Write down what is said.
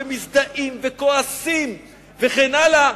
ומזדהים וכועסים וכן הלאה,